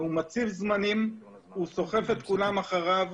והוא מצהיר זמנים, הוא סוחף את כולם אחריו.